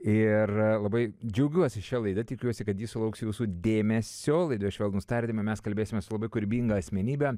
ir labai džiaugiuosi šia laida tikiuosi kad ji sulauks jūsų dėmesio laidoj švelnūs tardymai mes kalbėsimės labai kūrybinga asmenybe